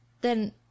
then-